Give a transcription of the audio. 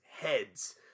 heads